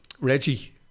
Reggie